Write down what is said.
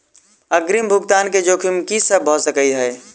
अग्रिम भुगतान केँ जोखिम की सब भऽ सकै हय?